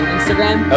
Instagram